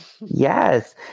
Yes